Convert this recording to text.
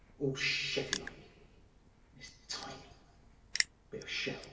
all cheffy-like. and this tiny bit of shell